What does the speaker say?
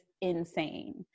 insane